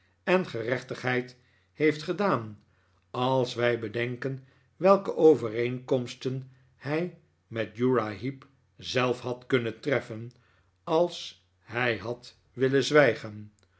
en gerechtigheid heeft gedaan als wij bedenken welke overeenkomsten hij met uriah heep zelf had kunnen treffen als hij had willen zwijgen